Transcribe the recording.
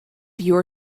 your